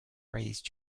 raised